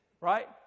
Right